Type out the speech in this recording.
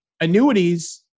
Annuities